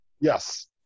Yes